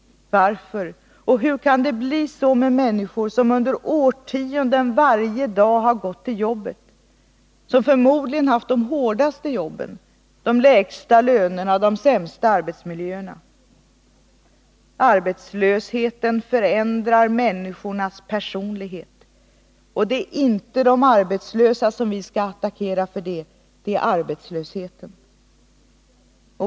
Varför? Hur kan det bli så med människor som under årtionden varje dag har gått till jobbet? De har förmodligen haft de hårdaste jobben, de lägsta lönerna och de sämsta arbetsmiljöerna. Arbetslösheten förändrar människornas personlighet. Och det är inte de arbetslösa som vi skall attackera för det, utan det är arbetslösheten.